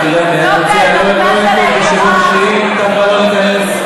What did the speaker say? מעניין מי הרב שלך, חבר הכנסת גפני.